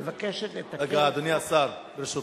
מבקשת לתקן, רגע, אדוני השר, ברשותך.